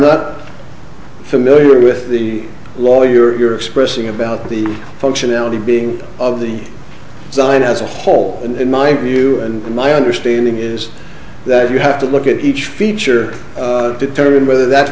not familiar with the law you're expressing about the functionality being of the design as a whole and in my view and my understanding is that you have to look at each feature determine whether that